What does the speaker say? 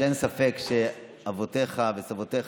אין ספק שאבותיך וסביך,